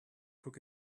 took